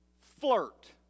flirt